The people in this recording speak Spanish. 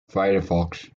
firefox